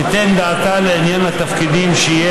תיתן את דעתה לעניין התפקידים שיהיה